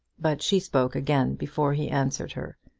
but she spoke again before he answered her.